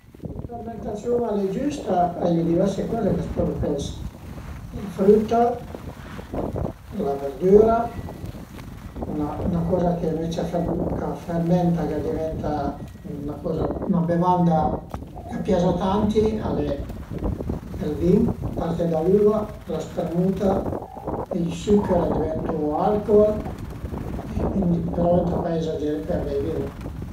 Se la fermentasiun al e giüsta a ie diverse coze ch'a s'pölu fese: la früta, la verdüra, 'na coza ënvece ch'a fermenta, ch'a diventa 'na coza, 'na bevanda ch'a pias a tanti al e ël vin, parte da l'üa, la spremuta, i süchèr a diventu alcol e cuindi però ëntà pa ezageré pöi a beivilu